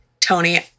Tony